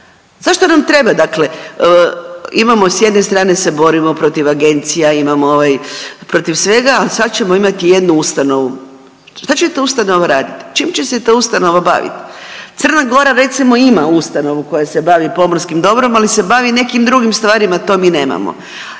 Zašto nam treba, dakle imamo s jedne strane se borimo protiv agencija imamo ovaj protiv svega, a sad ćemo imati i jednu ustanovu. Šta će ta ustanova raditi? Čim će se ta ustanova baviti? Crna Gora recimo ima ustanovu koja se bavi pomorskim dobrom, ali se bavi i nekim drugim stvarima to mi nemamo.